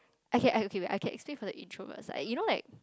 okay I okay wait I can explain for the first you know like